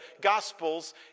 Gospels